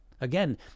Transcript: Again